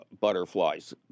butterflies